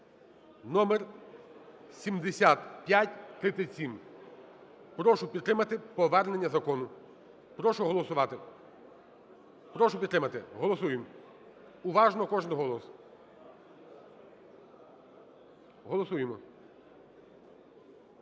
№7537. Прошу підтримати повернення закону, прошу голосувати. Прошу підтримати, голосуємо уважно кожен голос, голосуємо.